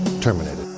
terminated